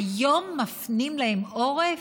היום מפנים להם עורף?